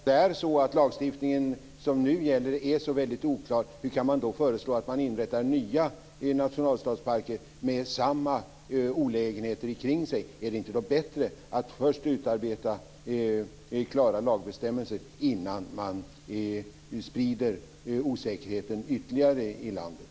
Fru talman! Hur kan man föreslå att vi ska inrätta nya nationalstadsparker med samma olägenheter kring sig om det är så att lagstiftningen som nu gäller är så väldigt oklar? Är det inte bättre att först utarbeta klara lagbestämmelser innan man sprider osäkerheten ytterligare i landet?